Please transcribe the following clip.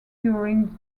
during